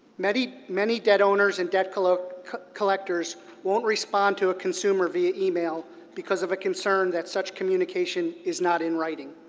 many many debt owners and debt collectors collectors won't respond to a consumer via e-mail because of a concern that such communication is not in writing,